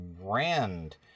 grand